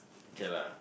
okay lah